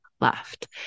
left